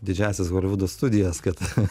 didžiąsias holivudo studijas kad